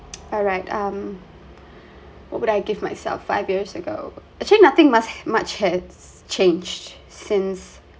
alright um what would I give myself five years ago actually nothing much much has changed since